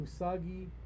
Usagi